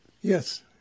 yes